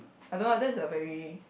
I don't know ah that's a very